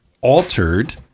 altered